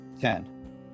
Ten